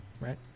right